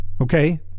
okay